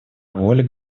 воля